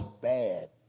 bad